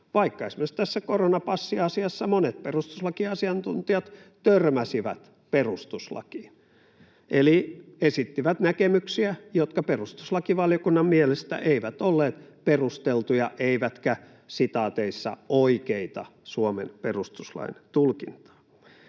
vaikka esimerkiksi tässä koronapassiasiassa monet perustuslakiasiantuntijat törmäsivät perustuslakiin eli esittivät näkemyksiä, jotka perustuslakivaliokunnan mielestä eivät olleet perusteltuja eivätkä ”oikeita” Suomen perustuslain tulkinnassa.